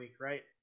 right